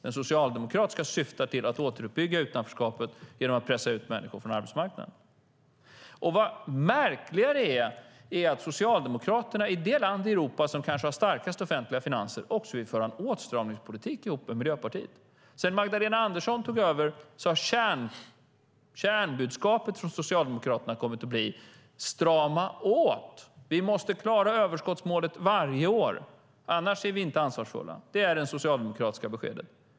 Den socialdemokratiska politiken syftar till att återuppbygga utanförskapet genom att pressa ut människor från arbetsmarknaden. Och än märkligare är att Socialdemokraterna, i det land i Europa som kanske har starkast offentliga finanser, också vill föra en åtstramningspolitik ihop med Miljöpartiet. Sedan Magdalena Andersson tog över har kärnbudskapet från Socialdemokraterna kommit att bli: Strama åt - vi måste klara överskottsmålet varje år, annars är vi inte ansvarsfulla. Det är det socialdemokratiska beskedet.